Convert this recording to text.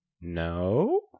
No